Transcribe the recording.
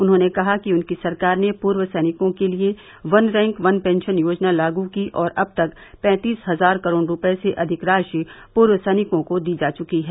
उन्होंने कहा कि उनकी सरकार ने पूर्व सैनिकों के लिए वन रैंक वन पेंशन योजना लागू की और अब तक पैंतीस हजार करोड़ रुपये से अधिक राशि पूर्व सैनिकों को दी जा चुकी है